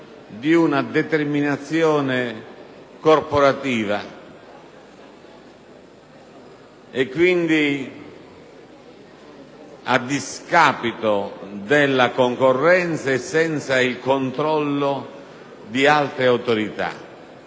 di una determinazione corporativa, a discapito quindi della concorrenza e senza il controllo di altre autorità.